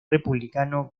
republicano